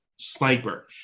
sniper